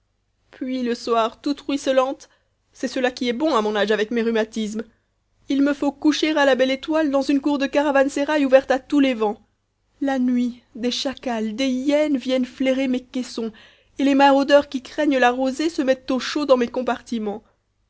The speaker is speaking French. puis le soir toute ruisselante c'est cela qui est bon à mon âge avec mes rhumatismes il me faut coucher à la belle étoile dans une cour de caravansérail ouverte à tous les vents la nuit des chacals des hyènes viennent flairer mes caissons et les maraudeurs qui craignent la rosée se mettent au chaud dans mes compartiments